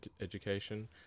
education